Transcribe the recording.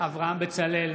אברהם בצלאל,